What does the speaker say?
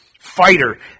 fighter